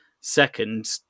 second